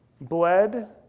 bled